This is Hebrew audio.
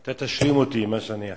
אתה תשלים אותי, את מה שאני אחסיר.